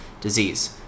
disease